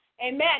Amen